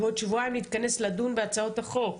בעוד שבועיים נתכנס לדון בהצעות החוק.